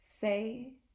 say